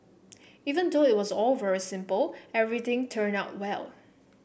even though it was all very simple everything turned out well